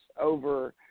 over